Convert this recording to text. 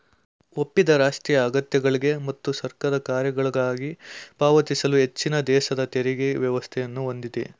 ಒಪ್ಪಿದ ರಾಷ್ಟ್ರೀಯ ಅಗತ್ಯಗಳ್ಗೆ ಮತ್ತು ಸರ್ಕಾರದ ಕಾರ್ಯಗಳ್ಗಾಗಿ ಪಾವತಿಸಲು ಹೆಚ್ಚಿನದೇಶದ ತೆರಿಗೆ ವ್ಯವಸ್ಥೆಯನ್ನ ಹೊಂದಿದೆ